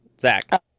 Zach